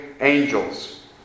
angels